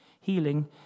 Healing